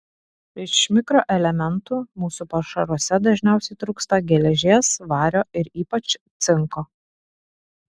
iš mikroelementų mūsų pašaruose dažniausiai trūksta geležies vario ir ypač cinko